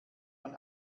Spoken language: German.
man